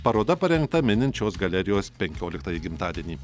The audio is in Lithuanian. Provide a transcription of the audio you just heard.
paroda parengta minint šios galerijos penkioliktąjį gimtadienį